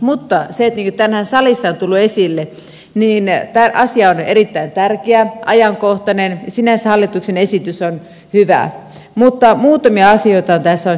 mutta niin kuin tänään salissa on tullut esille asia on erittäin tärkeä ajankohtainen ja sinänsä hallituksen esitys on hyvä mutta muutamia asioita on tässä mietitty